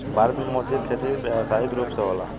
भारत में मोती के खेती व्यावसायिक रूप होला